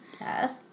Yes